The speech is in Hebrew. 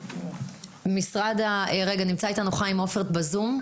נמצא איתנו חיים הופרט ב-זום?